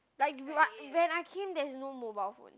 like when I came there's no mobile phone